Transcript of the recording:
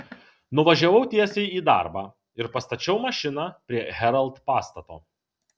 nuvažiavau tiesiai į darbą ir pastačiau mašiną prie herald pastato